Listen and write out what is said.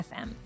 FM